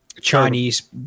Chinese